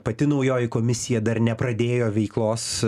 pati naujoji komisija dar nepradėjo veiklos